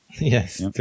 Yes